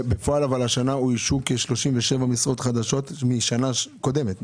אבל בפועל השנה אוישו כ-37 משרות חדשות משנה קודמת.